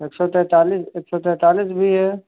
एक सौ तैंतालीस एक सौ तैंतालीस भी है